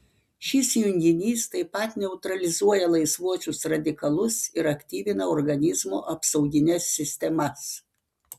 šis junginys taip pat neutralizuoja laisvuosius radikalus ir aktyvina organizmo apsaugines sistemas